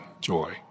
joy